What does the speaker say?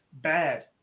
Bad